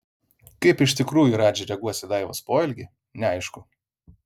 kaip iš tikrųjų radži reaguos į daivos poelgį neaišku